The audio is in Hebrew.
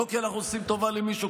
לא כי אנחנו עושים טובה למישהו,